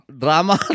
drama